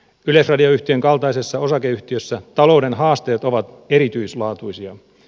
yleisradioyhtiön kaltaisessa osakeyhtiössä talouden haasteet ovat erityislaatuisia